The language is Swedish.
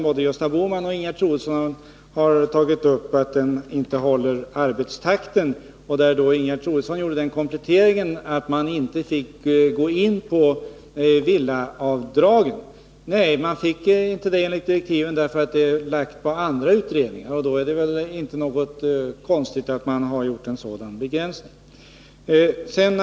Både Gösta Bohman och Ingegerd Troedsson har tagit upp den och sagt att den inte håller arbetstakten. Ingegerd Troedsson gjorde där den kompletteringen att utredningen inte fick gå in på villaavdragen. Nej, utredningen fick inte det enligt direktiven, eftersom frågan om villaavdragen äl lagts på andra utredningar. Då är det väl inte så konstigt att man har gjort en sådan begränsning.